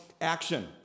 action